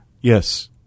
Yes